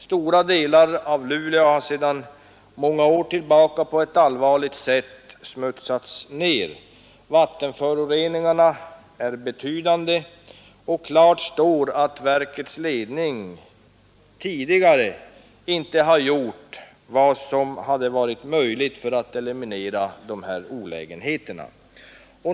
Stora delar av Luleå har under många år på ett allvarligt sätt smutsats ner. Vattenföroreningarna är betydande, och klart står att verkets ledning tidigare inte har gjort vad som varit möjligt för att eliminera dessa olägenheter.